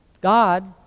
God